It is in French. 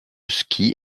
ski